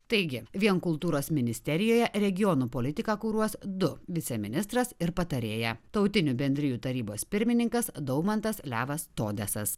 taigi vien kultūros ministerijoje regionų politiką kuruos du viceministras ir patarėja tautinių bendrijų tarybos pirmininkas daumantas levas todesas